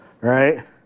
right